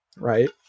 right